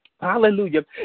Hallelujah